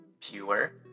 Pure